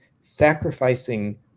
sacrificing